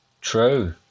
true